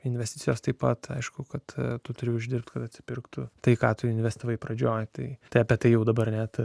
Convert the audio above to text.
investicijos taip pat aišku kad tu turi uždirbti kad atsipirktų tai ką tu investavai pradžioje tai apie tai jau dabar net